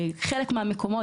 בחלק מהמקומות,